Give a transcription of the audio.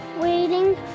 waiting